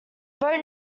boat